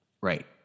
Right